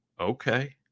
okay